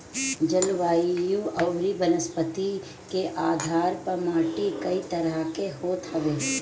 जलवायु अउरी वनस्पति के आधार पअ माटी कई तरह के होत हवे